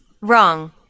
Wrong